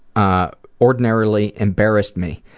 ah, ordinarily embarrassed me.